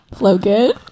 Logan